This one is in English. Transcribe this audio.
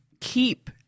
keep